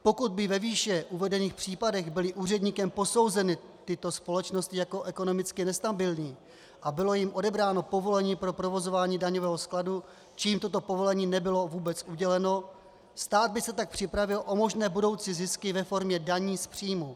Pokud by ve výše uvedených případech byly úředníkem posouzeny tyto společnosti jako ekonomicky nestabilní a bylo jim odebráno povolení pro provozování daňového skladu či jim toto povolení nebylo vůbec uděleno, stát by se tak připravil o možné budoucí zisky ve formě daní z příjmů.